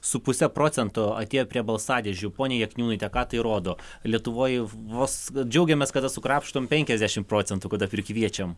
su puse procento atėjo prie balsadėžių pone jakniūnaite ką tai rodo lietuvoj vos džiaugiamės kada sukrapštom penkiasdešim procentų kada prikviečiam